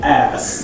ass